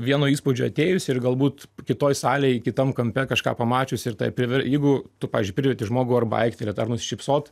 vieno įspūdžio atėjus ir galbūt kitoj salėj kitam kampe kažką pamačius ir tai priver jeigu tu pavyzdžiui priverti žmogų arba aiktelėt ar nusišypsot